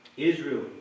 Israel